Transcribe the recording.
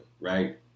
right